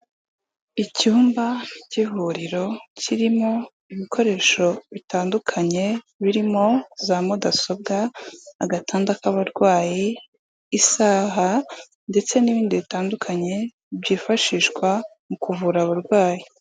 Icyumba cy'ivuriro kirimo ibikoresho bitandukanye birimo za mudasobwa, agatanda k'abarwayi, isaha ndetse n'ibindi bitandukanye byifashishwa mu kuvura abarwayi.